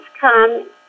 come